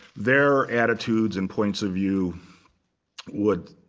there are attitudes and points of view would